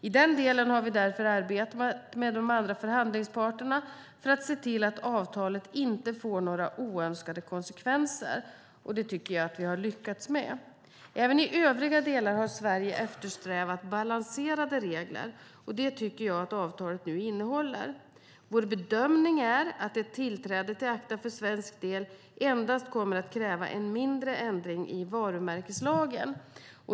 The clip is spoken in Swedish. I den delen har vi därför arbetat med de andra förhandlingsparterna för att se till att avtalet inte får några oönskade konsekvenser. Det tycker jag att vi har lyckats med. Även i övriga delar har Sverige eftersträvat balanserade regler, och det tycker jag att avtalet nu innehåller. Vår bedömning är att ett tillträde till ACTA för svensk del endast kommer att kräva en mindre ändring i varumärkeslagen.